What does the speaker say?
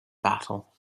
battle